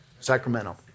Sacramento